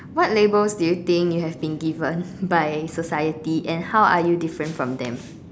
what labels do you think you have been given by society and how are you different from them